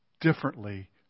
differently